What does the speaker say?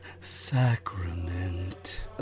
sacrament